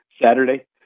Saturday